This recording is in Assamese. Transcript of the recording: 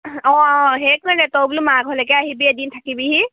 অঁ অঁ সেইটোৱে তই বোলো মাহঁতৰ ঘৰলৈ আহিবি এদিন থাকিবিহি